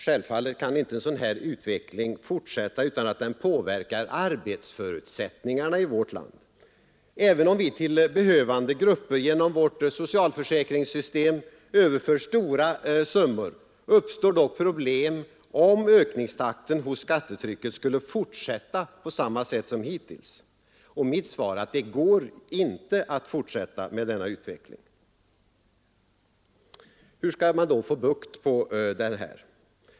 Självfallet kan inte en sådan här utveckling fortsätta utan att den påverkar arbetsförutsättningarna i vårt land. Även om vi till behövande grupper genom vårt socialförsäkringssystem överför stora summor uppstår problem, om ökningstakten hos skattetrycket skulle fortsätta på samma sätt som hittills. Och min kommentar är att det går inte att fortsätta med denna utveckling. Hur skall man då få bukt med det här?